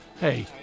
Hey